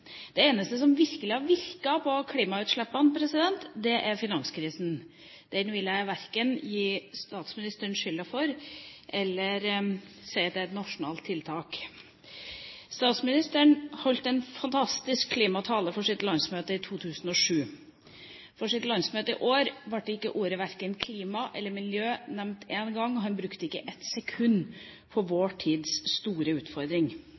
Det eneste som virkelig har virket på klimautslippene, er finanskrisen. Den vil jeg verken gi statsministeren skylda for eller si at det er et nasjonalt tiltak. Statsministeren holdt en fantastisk klimatale for sitt landsmøte i 2007. På landsmøtet i år ble verken ordet «klima» eller ordet «miljø» nevnt én gang. Han brukte ikke et sekund på vår tids store utfordring.